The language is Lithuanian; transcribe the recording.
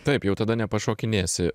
taip jau tada nepašokinėsi